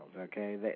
okay